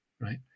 right